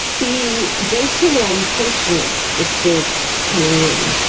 the data on patients is still coming in.